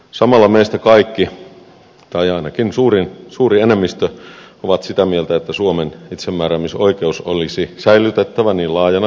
samalla meistä kaikki tai ainakin suuri enemmistö on sitä mieltä että suomen itsemääräämisoikeus olisi säilytettävä niin laajana kuin mahdollista